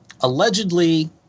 allegedly